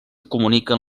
comuniquen